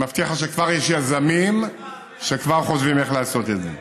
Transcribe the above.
אני מבטיח לך שכבר יש יזמים שחושבים איך לעשות את זה.